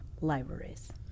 libraries